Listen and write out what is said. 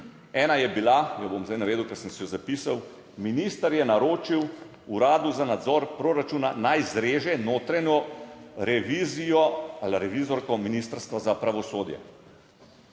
Ena je bila, jo bom zdaj navedel, ker sem si jo zapisal: Minister je naročil Uradu za nadzor proračuna naj zreže notranjo revizijo ali revizorko Ministrstva za pravosodje.